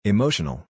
Emotional